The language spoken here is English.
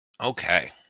Okay